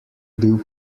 bil